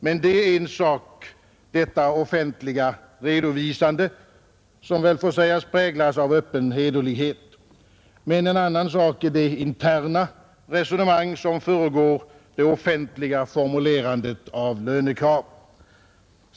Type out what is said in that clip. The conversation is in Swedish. Men detta offentliga redovisande, som väl får sägas präglas av öppen hederlighet, är en sak. En annan sak är det interna resonemang som föregår det offentliga formulerandet av lönekrav.